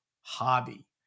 hobby